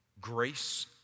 grace